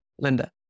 Linda